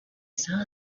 saw